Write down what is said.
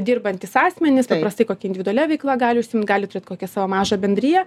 dirbantys asmenys paprastai kokia individualia veikla gali užsiimt gali turėt kokią savo mažą bendriją